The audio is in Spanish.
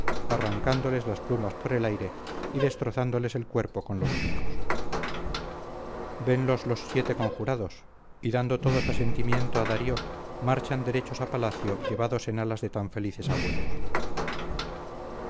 arrancándoles las plumas por el aire y destrozándoles el cuerpo con los picos venlos los siete conjurados y dando todos asentimiento a darío marchan derechos a palacio llevados en alas de tan felices agüeros